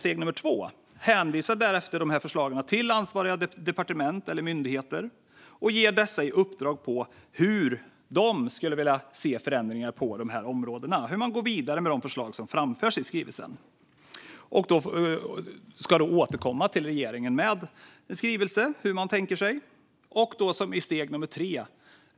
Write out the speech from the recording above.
Regeringen hänvisar därefter förslagen till ansvariga departement eller myndigheter och ger dessa i uppdrag att återkomma till regeringen med en skrivelse om vilka förändringar de skulle vilja se på respektive områden och hur man ska gå vidare med de förslag som framförts av näringslivet.